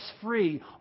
free